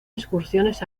excursiones